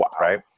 right